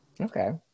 okay